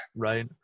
Right